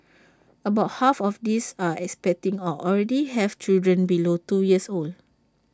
about half of these are expecting or already have children below two years old